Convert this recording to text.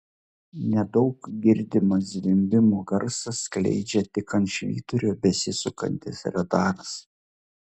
nedaug girdimą zvimbimo garsą skleidžia tik ant švyturio besisukantis radaras